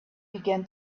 began